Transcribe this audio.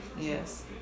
Yes